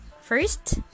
first